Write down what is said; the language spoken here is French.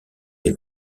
des